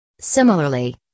Similarly